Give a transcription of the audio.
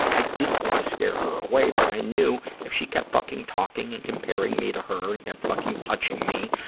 i didn't want to scare her away, but i knew if she kept fucking talking and comparing me to her and kept fucking touching me,